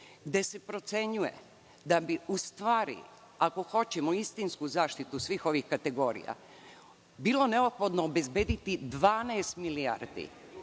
gde se procenjuje da bi u stvari, ako hoćemo istinsku zaštitu svih ovih kategorija, bilo neophodno obezbediti 12 milijardi.